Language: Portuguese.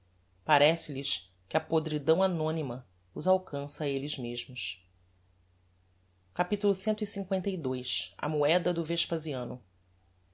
parece lhes que a podridão anonyma os alcança a elles mesmos capitulo clii a moeda do vespasiano